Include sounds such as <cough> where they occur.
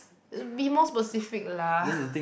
be more specific lah <breath>